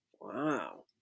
Wow